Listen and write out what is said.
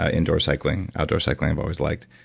ah indoor cycling, outdoor cycling i've always liked.